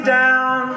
down